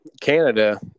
Canada